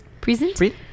Present